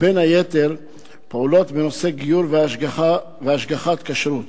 ובין היתר פעולות בנושא גיור והשגחת כשרות.